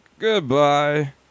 Goodbye